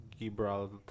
Gibraltar